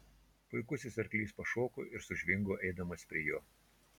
puikusis arklys pašoko ir sužvingo eidamas prie jo